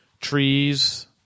trees